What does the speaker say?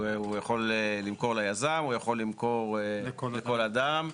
הוא יכול למכור ליזם, והוא יכול למכור לכל אדם.